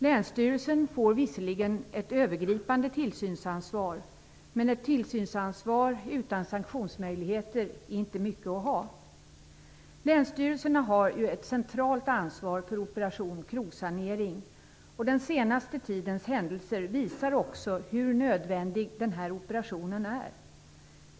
Länsstyrelsen får visserligen ett övergripande tillsynsansvar. Ett tillsynsansvar utan sanktionsmöjligheter är dock inte mycket att ha. Länsstyrelserna har ett centralt ansvar för operation krogsanering. Den senaste tidens händelser visar också hur nödvändig den här operationen är.